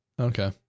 Okay